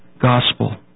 gospel